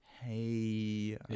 Hey